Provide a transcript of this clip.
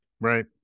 Right